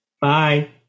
Bye